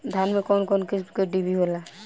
धान में कउन कउन किस्म के डिभी होला?